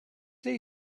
they